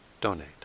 donate